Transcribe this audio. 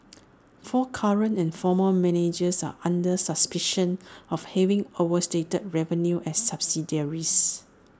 four current and former managers are under suspicion of having overstated revenue at subsidiaries